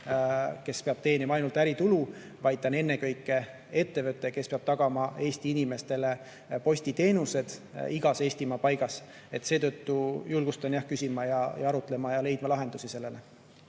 kes peab teenima ainult äritulu, vaid see on ennekõike ettevõte, kes peab tagama Eesti inimestele postiteenused igas Eestimaa paigas. Seetõttu julgustan küsima ja arutlema ja lahendusi leidma.